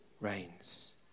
reigns